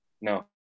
no